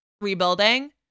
rebuilding